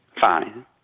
Fine